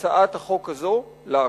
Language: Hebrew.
הצעת החוק הזאת לעקוף.